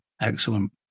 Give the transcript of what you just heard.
Excellent